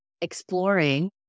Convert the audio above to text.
exploring